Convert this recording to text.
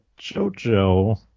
JoJo